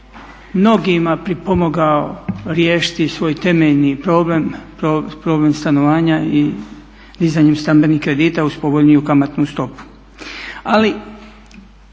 mnogima pripomogao riješiti svoj temeljni problem, problem stanovanja i dizanjem stambenih kredita uz povoljniju kamatnu stopu. Ali